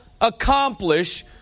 accomplish